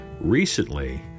Recently